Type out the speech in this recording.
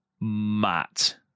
Matt